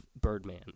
Birdman